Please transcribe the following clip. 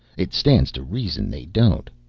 it stands to reason they don't.